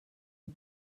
yüz